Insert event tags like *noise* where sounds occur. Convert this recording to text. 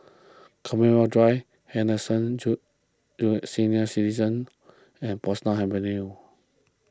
Commonwealth Drive Henderson *unintelligible* Senior Citizens' and Portsdown Avenue